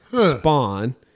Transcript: spawn